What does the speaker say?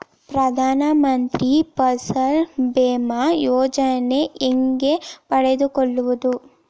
ಪ್ರಧಾನ ಮಂತ್ರಿ ಫಸಲ್ ಭೇಮಾ ಯೋಜನೆ ಹೆಂಗೆ ಪಡೆದುಕೊಳ್ಳುವುದು?